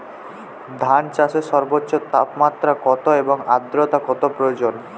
ধান চাষে সর্বোচ্চ তাপমাত্রা কত এবং আর্দ্রতা কত প্রয়োজন?